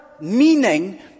meaning